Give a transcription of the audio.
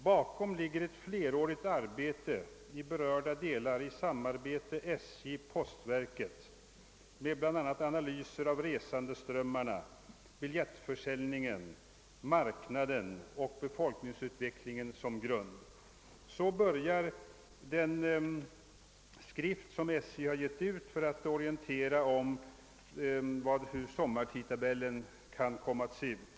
Bakom ligger ett flerårigt arbete, i berörda delar i samarbete SJ-—postverket med bl.a. analyser av resande strömmarna, biljettförsäljningen, marknaden och befolkningsutvecklingen som grund.» Så börjar den skrift som SJ givit ut för att orientera om hur sommartidtabellen kommer att se ut.